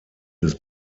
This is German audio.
des